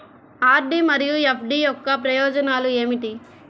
RD మరియు FD యొక్క ప్రయోజనాలు ఏమిటి?